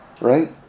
right